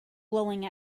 blowing